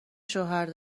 شوهر